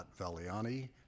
Valiani